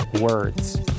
words